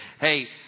Hey